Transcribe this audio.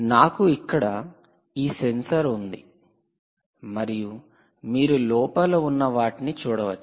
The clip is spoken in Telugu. నాకు ఇక్కడ ఈ సెన్సార్ ఉంది మరియు మీరు లోపల ఉన్న వాటిని చూడవచ్చు